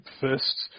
first